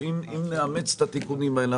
אם נאמץ את התיקונים האלה,